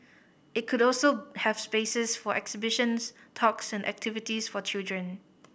it could also have spaces for exhibitions talks and activities for children